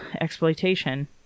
exploitation